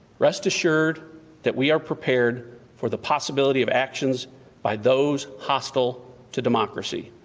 rest assured that we are prepared for the possibility of actions by those hostile to democracy.